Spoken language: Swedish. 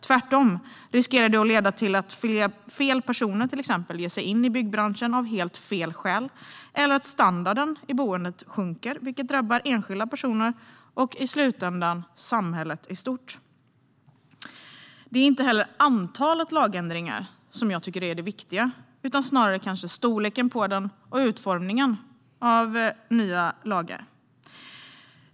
Tvärtom riskerar det att leda till att fel personer ger sig in i byggbranschen av helt fel skäl eller att boendestandarden sjunker, vilket drabbar enskilda personer och i slutändan samhället i stort. Det är inte antalet lagändringar som är det viktiga utan snarare storleken och utformningen av dem.